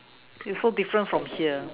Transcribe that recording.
it's so different from here